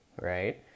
right